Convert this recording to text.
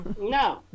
No